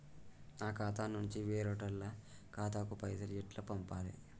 నా ఖాతా నుంచి వేరేటోళ్ల ఖాతాకు పైసలు ఎట్ల పంపాలే?